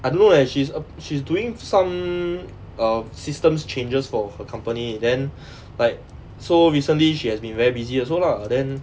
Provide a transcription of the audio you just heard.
I don't know leh she's uh she's doing some err systems changes for her company then like so recently she has been very busy also lah then